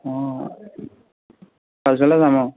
অঁ যাম অঁ